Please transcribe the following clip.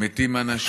מתים אנשים,